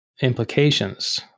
implications